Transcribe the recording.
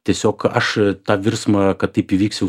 tiesiog aš tą virsmą kad taip įvyks jau